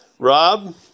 Rob